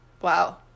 Wow